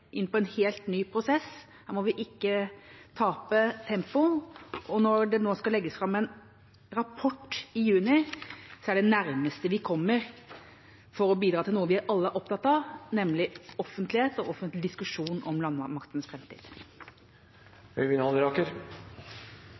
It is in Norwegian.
inn i en helt ny prosess. Her må vi ikke tape tempo. Når det nå skal legges fram en rapport i juni, er det det nærmeste vi kommer i å bidra til noe vi alle er opptatt av, nemlig offentlighet og offentlig diskusjon om landmaktens